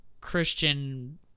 christian